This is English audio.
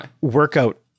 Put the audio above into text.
workout